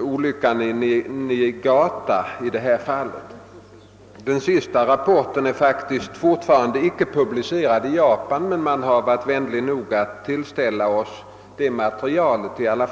olyckan i Niigata. Niigatarapporten är faktiskt ännu inte publicerad i Japan, men man har varit vänlig nog att tillställa oss materialet.